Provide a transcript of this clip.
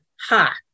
Ha